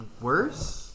worse